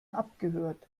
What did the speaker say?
abgehört